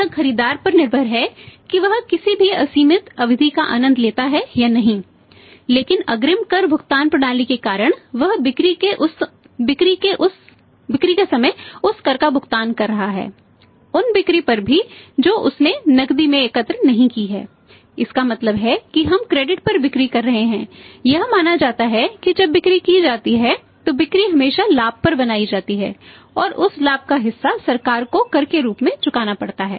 यह खरीदार पर निर्भर है कि वह किसी भी असीमित अवधि का आनंद लेता है या नहीं लेकिन अग्रिम कर भुगतान प्रणाली के कारण वह बिक्री के समय उस कर का भुगतान कर रहा है उन बिक्री पर भी जो उसने नकदी में एकत्र नहीं की है इसका मतलब है कि हम क्रेडिट पर बिक्री कर रहे हैं यह माना जाता है कि जब बिक्री की जाती है तो बिक्री हमेशा लाभ पर बनाई जाती है और उस लाभ का हिस्सा सरकार को कर के रूप में चुकाना पड़ता है